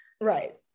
Right